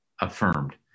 affirmed